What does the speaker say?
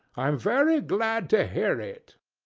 i'm very glad to hear it.